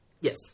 Yes